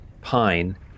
Pine